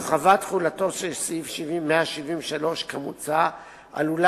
הרחבת תחולתו של סעיף 173 כמוצע עלולה